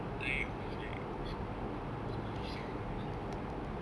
tired of like school like that school is so